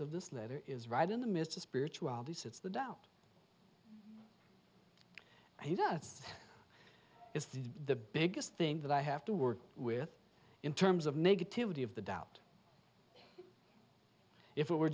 of this letter is right in the midst of spiritual this it's the doubt he does is this the biggest thing that i have to work with in terms of negativity of the doubt if it were